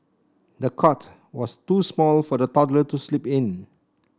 the cot was too small for the toddler to sleep in